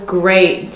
great